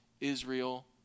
Israel